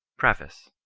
preface.